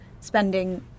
spending